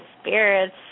spirits